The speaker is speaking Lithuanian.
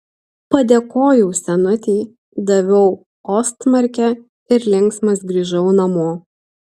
padėkojau senutei daviau ostmarkę ir linksmas grįžau namo